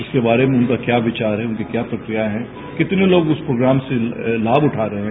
उसके बारे में उनके क्या विचार है उनकी क्या प्रतिक्रिया है कितने लोग उन योजनाओं से लाभ उठा रहे हैं